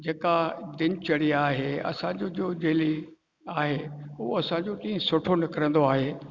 जेका दिनचर्या आहे असांजो जो डेली आहे उहो असांजो ॾींहुं सुठो निकिरंदो आहे